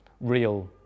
real